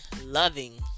loving